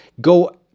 go